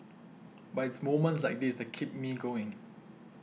but it's moments like this that keep me going